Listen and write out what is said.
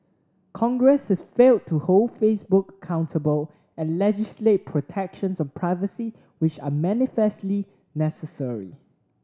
congress has failed to hold Facebook accountable and legislate protections on privacy which are manifestly necessary